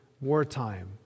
wartime